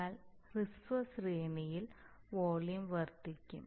എന്നാൽ ഹ്രസ്വ ശ്രേണിയിൽ വോളിയം വർദ്ധിക്കും